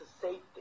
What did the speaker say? safety